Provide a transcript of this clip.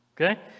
okay